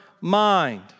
mind